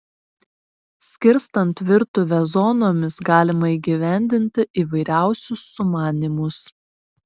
skirstant virtuvę zonomis galima įgyvendinti įvairiausius sumanymus